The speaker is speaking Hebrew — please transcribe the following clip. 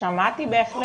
שמעתי בהחלט.